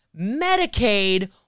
Medicaid